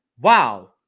wow